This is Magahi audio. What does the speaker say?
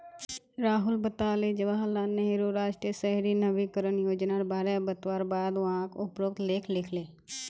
राहुल बताले जवाहर लाल नेहरूर राष्ट्रीय शहरी नवीकरण योजनार बारे बतवार बाद वाक उपरोत लेख लिखले